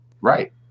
Right